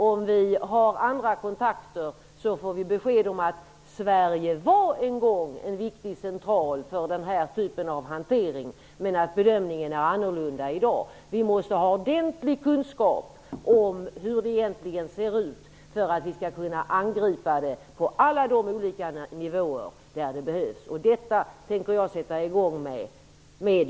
Tar vi andra kontakter får vi besked om att Sverige en gång var en viktig central för den här typen av hantering, men att bedömningen är annorlunda i dag. Vi måste ha ordentlig kunskap om hur det egentligen ser ut för att vi skall kunna angripa det på alla olika nivåer där det behövs. Jag tänker sätta i gång med detta.